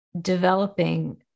developing